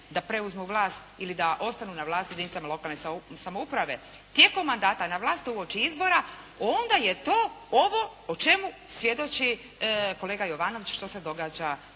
da preuzmu vlast ili da ostanu na vlasti u jedinicama lokalne samouprave, tijekom mandata na vlast uoči izbora, onda je to ovo o čemu svjedoči kolega Jovanović, što se događa